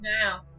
now